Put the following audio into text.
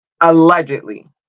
Allegedly